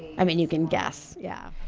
i mean, you can guess, yeah.